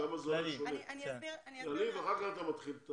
שם זה כללי ואחר כך אתה מתחיל.